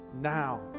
now